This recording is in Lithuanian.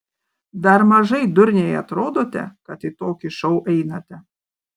dar mažai durniai atrodote kad į tokį šou einate